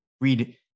Read